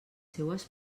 seues